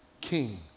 king